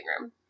room